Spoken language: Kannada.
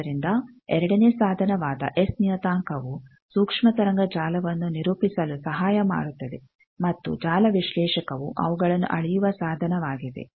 ಆದ್ದರಿಂದ ಎರಡನೇ ಸಾಧನವಾದ ಎಸ್ ನಿಯತಾಂಕವು ಸೂಕ್ಷ್ಮ ತರಂಗ ಜಾಲವನ್ನು ನಿರೂಪಿಸಲು ಸಹಾಯ ಮಾಡುತ್ತದೆ ಮತ್ತು ಜಾಲ ವಿಶ್ಲೇಷಕವು ಅವುಗಳನ್ನು ಅಳೆಯುವ ಸಾಧನವಾಗಿದೆ